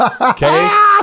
Okay